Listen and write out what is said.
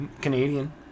Canadian